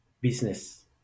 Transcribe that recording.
business